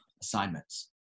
assignments